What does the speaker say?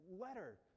letter